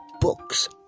books